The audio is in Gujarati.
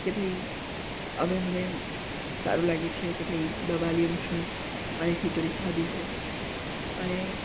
કે ભઈ હવે મને સારું લાગે છે કે ભઈ દવા લેવું છું અને ખીચડી ખાધી છે અને